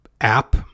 app